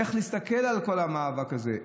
באיך להסתכל על כל המאבק הזה.